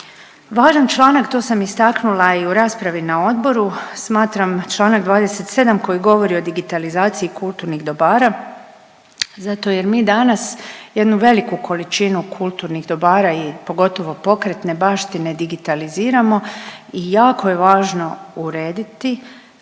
Važan članak, to sam istaknula i u raspravi na odboru, smatram čl. 27. koji govori o digitalizaciji kulturnih dobara zato jer mi danas jednu veliku količinu kulturnih dobara i pogotovo pokretne baštine digitaliziramo i jako je važno urediti